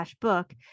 book